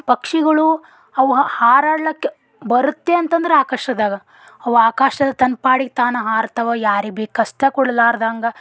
ಪಕ್ಷಿಗಳು ಅವು ಹಾರಾಡ್ಲಿಕ್ಕೆ ಬರುತ್ತೆ ಅಂತಂದ್ರೆ ಆಕಾಶದಾಗ ಅವು ಆಕಾಶದ ತನ್ನ ಪಾಡಿಗೆ ತಾನು ಹಾರ್ತವೆ ಯಾರಿಗೆ ಭಿ ಕಷ್ಟ ಕೊಡಲಾರ್ದಾಂಗೆ